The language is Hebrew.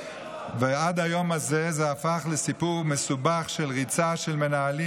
עד היום הזה זה הפך לסיפור מסובך של ריצה של מנהלים